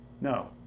No